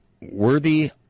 worthy